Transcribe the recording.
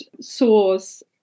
source